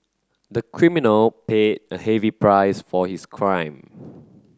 the criminal paid a heavy price for his crime